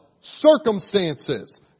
circumstances